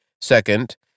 Second